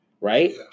right